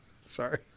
Sorry